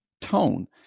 tone